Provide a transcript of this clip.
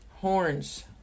Horns